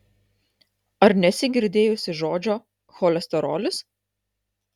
ar nesi girdėjusi žodžio cholesterolis